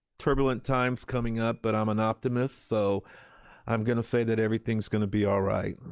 turbulent times coming up, but i'm an optimist, so i'm gonna say that everything's going to be all right,